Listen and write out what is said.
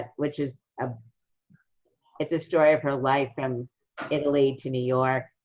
which is um is it's a story of her life from italy to new york.